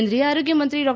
કેન્દ્રિય આરોગ્ય મંત્રી ડો